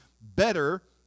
better